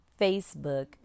Facebook